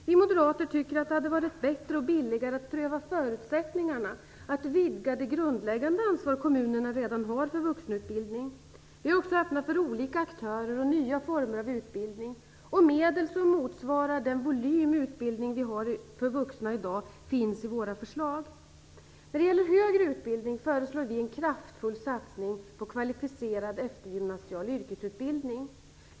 Vi moderater tycker att det hade varit bättre och billigare att pröva förutsättningarna för att vidga det grundläggande ansvar kommunerna redan har för vuxenutbildning. Vi är också öppna för olika aktörer och nya former av utbildning, och medel som motsvarar den volym i utbildning vi har för vuxna i dag finns i våra förslag. När det gäller högre utbildning föreslår vi en kraftfull satsning på kvalificerad eftergymnasial yrkesutbildning.